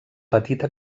petita